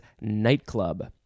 nightclub